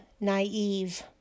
naive